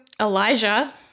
Elijah